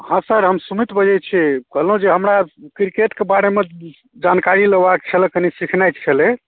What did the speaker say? हाँ सर हम सुमित बजै छी कहलहुँ जे हमरा किरकेटके बारेमे जानकारी लेबाके छल कनि सिखनाइ छलै